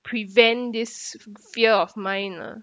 prevent this fear of mine lah